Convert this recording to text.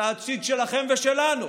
את העתיד שלכם ושלנו,